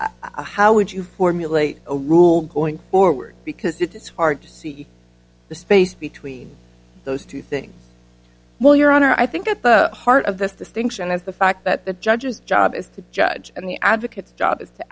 and how would you formulate a rule going forward because it's hard to see the space between those two things well your honor i think at the heart of this distinction as the fact that the judge's job is to judge and the advocates job is to